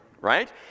Right